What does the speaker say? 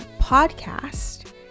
podcast